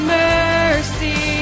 mercy